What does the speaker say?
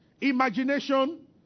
Imagination